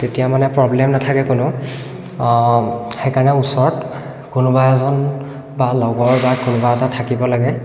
তেতিয়া মানে প্ৰব্লেম নাথাকে কোনো সেইকাৰণে ওচৰত কোনোবা এজন বা লগৰ বা কোনোবা এটা থাকিব লাগে